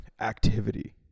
activity